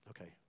Okay